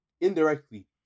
indirectly